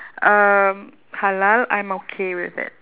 um halal I'm okay with it